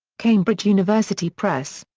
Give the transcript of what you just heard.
cambridge university press.